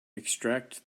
extract